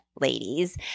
ladies